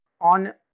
on